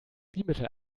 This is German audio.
bimetall